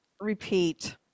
Repeat